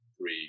Three